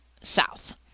south